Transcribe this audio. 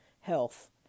health